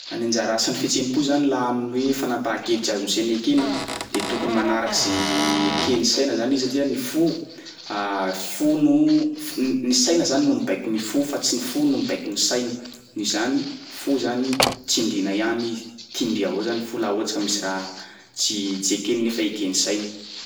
Nyy anjara asan'ny fihetseham-po zany laha amin'ny hoe fanapahan-kevitry azon'ny saina ekena, de tokony manaraky zay eken'ny saina zany izy satria ny fo fo no f- n- ny saina zany no mibaiko ny fo fa tsy ny fo no mibaiko ny saina, noho izany fo zany tsindriana ihany izy, tindria avao zany fo laha ohatsy ka misy raha tsy tsy ekeny nefa eken'ny saina.